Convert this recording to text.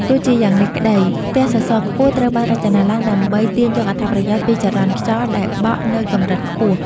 ទោះជាយ៉ាងនេះក្ដី ផ្ទះសសរខ្ពស់ត្រូវបានរចនាឡើងដើម្បីទាញយកអត្ថប្រយោជន៍ពីចរន្តខ្យល់ដែលបក់នៅកម្រិតខ្ពស់